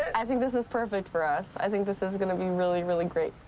i think this is perfect for us. i think this is gonna be really, really great.